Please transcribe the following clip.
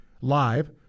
live